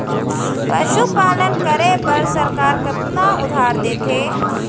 पशुपालन करे बर सरकार कतना उधार देथे?